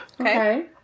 Okay